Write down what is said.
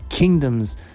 Kingdoms